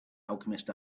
alchemist